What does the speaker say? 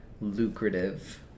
lucrative